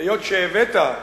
היות שהבאת,